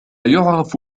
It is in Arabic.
يعرف